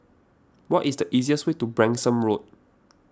what is the easiest way to Branksome Road